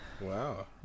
Wow